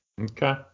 Okay